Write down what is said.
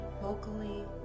vocally